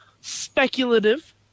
speculative